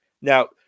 Now